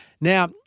Now